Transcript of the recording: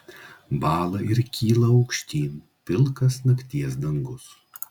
bąla ir kyla aukštyn pilkas nakties dangus